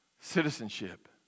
citizenship